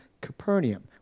Capernaum